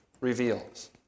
reveals